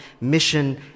mission